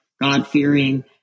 God-fearing